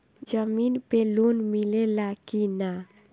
जमीन पे लोन मिले ला की ना?